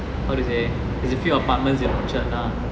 how to say has a few apartments in orchard lah